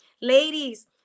Ladies